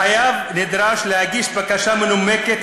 החייב נדרש להגיש בקשה מנומקת,